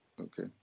okay